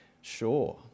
sure